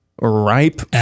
ripe